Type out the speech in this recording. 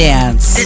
Dance